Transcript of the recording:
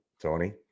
Tony